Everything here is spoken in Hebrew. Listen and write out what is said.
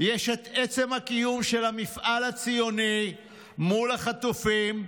יש את עצם הקיום של המפעל הציוני מול החטופים,